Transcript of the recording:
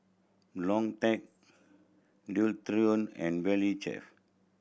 Logitech Dualtron and Valley Chef